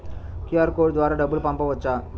QR code ద్వారా డబ్బులు పంపవచ్చా?